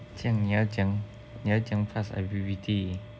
这样你要怎你要怎样 pass I_P_P_T